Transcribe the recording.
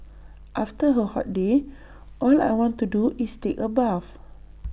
after A hot day all I want to do is take A bath